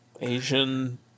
Asian